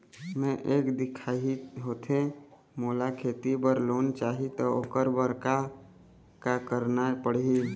मैं एक दिखाही होथे मोला खेती बर लोन चाही त ओकर बर का का करना पड़ही?